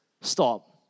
stop